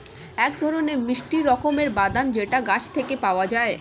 এক ধরনের মিষ্টি রকমের বাদাম যেটা গাছ থেকে পাওয়া যায়